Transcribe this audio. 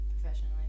professionally